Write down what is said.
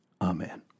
Amen